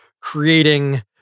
creating